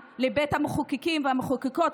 לבית המחוקקים והמחוקקות,